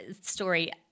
story